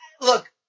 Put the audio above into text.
look